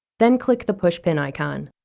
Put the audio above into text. then click the pushpin icon.